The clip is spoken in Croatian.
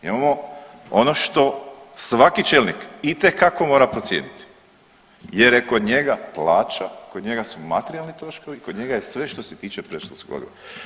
Imamo ono što svaki čelnik itekako mora procijeniti jer je kod njega plaća, kod njega su materijalni troškovi, kod njega je sve što se tiče predškolskog odgoja.